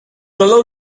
below